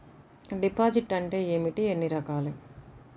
Deposit అంటే ఏమిటీ ఎన్ని రకాలు?